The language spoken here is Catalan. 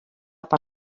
per